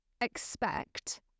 expect